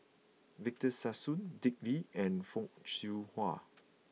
Victor Sassoon Dick Lee and Fock Siew Wah